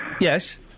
Yes